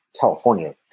California